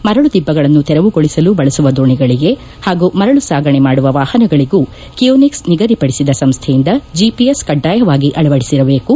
ಮರಳು ದಿಬ್ಬಗಳನ್ನು ತೆರವುಗೊಳಿಸಲು ಬಳಸುವ ದೊಣಿಗಳಿಗೆ ಹಾಗೂ ಮರಳು ಸಾಗಣೆ ಮಾಡುವ ವಾಹನಗಳಿಗೂ ಕಿಯೋನಿಕ್ಸ್ ನಿಗದಿಪಡಿಸಿದ ಸಂಸ್ಥೆಯಿಂದ ಜಿಪಿಎಸ್ ಕಡ್ಡಾಯವಾಗಿ ಅಳವಡಿಸಿರಬೇಕು